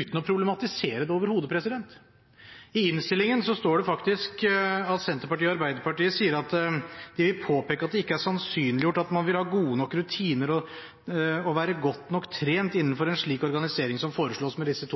uten å problematisere det overhodet. I innstillingen står det faktisk at Senterpartiet og Arbeiderpartiet vil «påpeke at det ikke er sannsynliggjort at man vil ha gode nok rutiner, og være godt nok trent, innenfor en slik organisering som foreslås», med disse